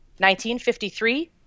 1953